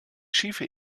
schiefe